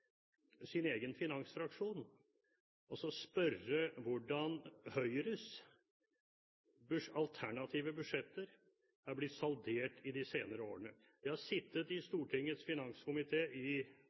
sin egen finansfraksjon og spørre hvordan Høyres alternative budsjetter er blitt saldert de senere årene. Jeg har sittet i